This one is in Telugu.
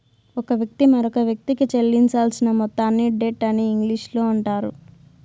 ఒక వ్యక్తి మరొకవ్యక్తికి చెల్లించాల్సిన మొత్తాన్ని డెట్ అని ఇంగ్లీషులో అంటారు